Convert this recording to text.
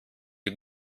die